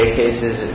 cases